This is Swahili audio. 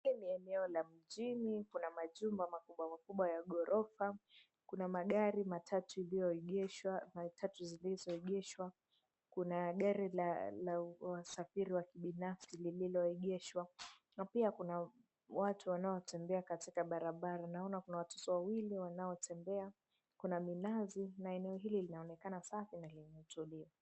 Hii ni eneo la mjini. Kuna majumba makubwa makubwa ya ghorofa. Kuna magari matatu ilizoegeshwa. Matatu zilizoegeshwa. Kuna gari la usafiri wa kibinasfi lililoegeshwa na pia kuna watu ambao wanaotembea katika barabara. Naona kuna watoto wanaotembea, kuna minazi na eneo hili linaonekana safi na limetulia.